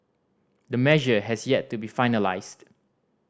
the measure has yet to be finalised